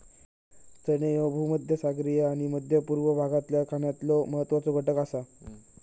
चणे ह्ये भूमध्यसागरीय आणि मध्य पूर्व भागातल्या खाण्यातलो महत्वाचो घटक आसा